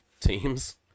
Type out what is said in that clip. teams